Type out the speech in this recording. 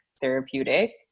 therapeutic